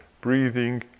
breathing